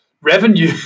revenue